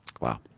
Wow